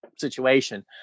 situation